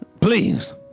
please